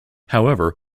however